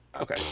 okay